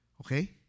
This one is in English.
Okay